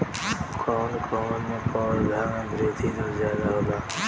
कवन कवने पौधा में वृद्धि दर ज्यादा होला?